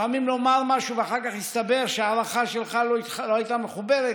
לפעמים לומר משהו ואחר כך יסתבר שההערכה שלך לא הייתה מחוברת,